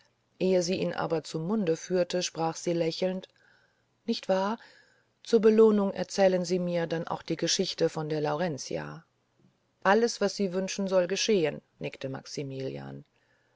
ehe sie ihn aber zum munde führte sprach sie lächelnd nicht wahr zur belohnung erzählen sie mir dann auch die geschichte von der laurenzia alles was sie wünschen soll geschehen nickte maximilian